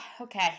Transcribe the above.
okay